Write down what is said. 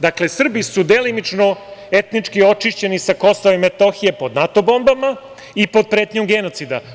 Dakle, Srbi su delimično etnički očišćeni sa Kosova i Metohije pod NATO bombama i pod pretnjom genocida.